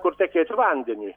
kur tekėtų vandeniui